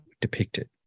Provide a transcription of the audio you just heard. depicted